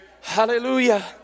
Hallelujah